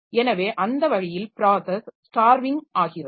எனவே அந்த வழியில் ப்ராஸஸ் ஸ்டார்விங் ஆகிறது